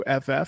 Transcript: FF